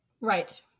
Right